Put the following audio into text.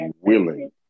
willing